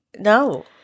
No